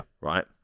right